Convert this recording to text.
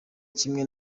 kimwe